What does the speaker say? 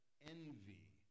envy